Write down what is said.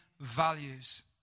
values